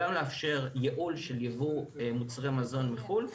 גם לאפשר ייעול של ייבוא מוצרי מזון מחו"ל,